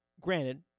granted